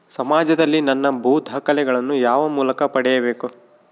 ಸಮಾಜದಲ್ಲಿ ನನ್ನ ಭೂ ದಾಖಲೆಗಳನ್ನು ಯಾವ ಮೂಲಕ ಪಡೆಯಬೇಕು?